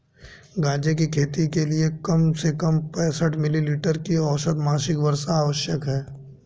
गांजे की खेती के लिए कम से कम पैंसठ मिली मीटर की औसत मासिक वर्षा आवश्यक है